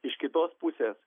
iš kitos pusės